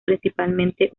principalmente